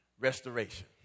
Restoration